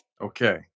Okay